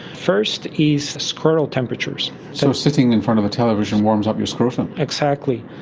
first is scrotal temperatures. so sitting in front of a television warms up your scrotum. exactly.